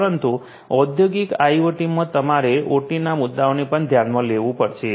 પરંતુ ઔદ્યોગિક આઇઓટીમાં તમારે ઓટીના મુદ્દાઓને પણ ધ્યાનમાં લેવું પડશે